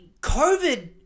COVID